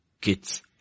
kids